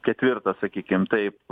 ketvirtą sakykim taip